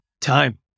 time